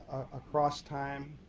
across time.